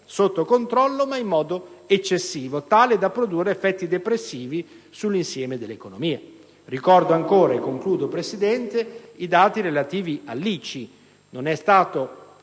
sotto controllo ma in modo eccessivo, tale da produrre effetti depressivi sull'insieme dell'economia. Ricordo ancora - e concludo, Presidente - i dati relativi all'ICI. Non è stato